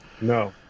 no